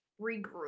regroup